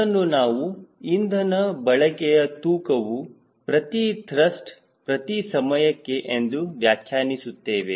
ಅದನ್ನು ನಾವು ಇಂಧನ ಬಳಕೆಯ ತೂಕವು ಪ್ರತಿ ತಸ್ಟ್ ಪ್ರತಿ ಸಮಯಕ್ಕೆ ಎಂದು ವ್ಯಾಖ್ಯಾನಿಸುತ್ತೇವೆ